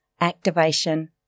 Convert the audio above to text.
activation